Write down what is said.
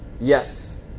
Yes